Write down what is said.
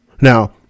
Now